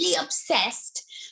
obsessed